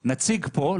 -- אנחנו נציג פה,